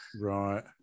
Right